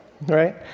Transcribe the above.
right